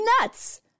Nuts